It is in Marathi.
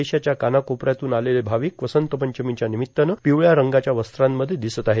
देशाच्या कानाकोप यातून आलेले भाविक वसंत पंचमीच्या निमित्तानं पिवळया रंगाच्या वस्त्रांमध्ये दिसत आहेत